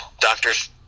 doctors